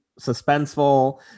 suspenseful